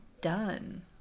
done